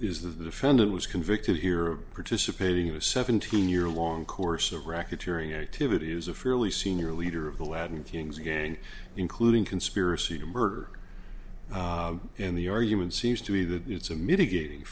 that the defendant was convicted here of participating in a seventeen year long course of racketeering activity is a fairly senior leader of the latin kings gang including conspiracy to murder in the argument seems to be that it's a mitigating